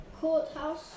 Courthouse